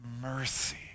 mercy